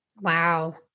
Wow